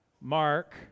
Mark